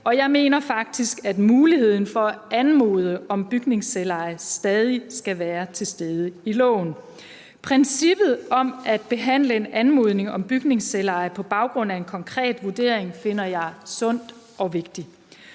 og jeg mener faktisk, at muligheden for at anmode om bygningsselveje stadig skal være til stede i loven. Princippet om at behandle en anmodning om bygningsselveje på baggrund af en konkret vurdering finder jeg sundt og vigtigt.